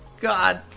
God